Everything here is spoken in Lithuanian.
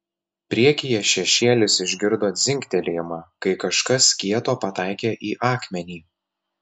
priekyje šešėlis išgirdo dzingtelėjimą kai kažkas kieto pataikė į akmenį